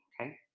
Okay